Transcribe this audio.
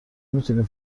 میتونین